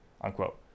unquote